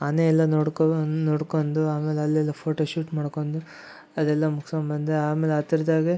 ಆನೆ ಎಲ್ಲಾ ನೋಡ್ಕೊಂಡು ಬಂದು ನೋಡ್ಕೊಂಡು ಆಮೇಲೆ ಅಲ್ಲೆಲ್ಲಾ ಪೋಟೋಶೂಟ್ ಮಾಡ್ಕೊಂಡು ಅದೆಲ್ಲ ಮುಗ್ಸ್ಕಂಡು ಬಂದು ಆಮೇಲಲೆ ಹತ್ರದಾಗೆ